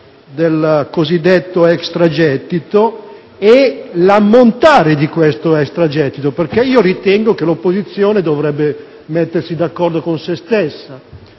del cosiddetto extragettito o l'ammontare dello stesso, perché ritengo che l'opposizione dovrebbe mettersi d'accordo con se stessa.